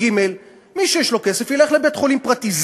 ג'; מי שיש לו כסף ילך לבית-חולים פרטי.